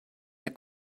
der